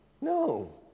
No